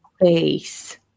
face